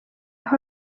aho